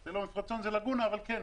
זה לא מפרצון, זה לגונה, אבל כן.